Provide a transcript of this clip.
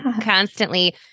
constantly